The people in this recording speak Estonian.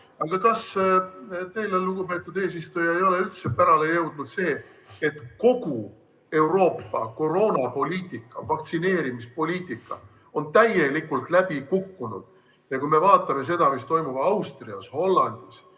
Kas teile, lugupeetud eesistuja, ei ole üldse pärale jõudnud see, et kogu Euroopa koroonapoliitika ja vaktsineerimispoliitika on täielikult läbi kukkunud? Vaatame seda, mis toimub Austrias, Hollandis